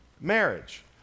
marriage